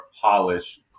polished